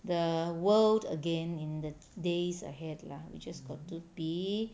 the world again in the days ahead lah we just got to be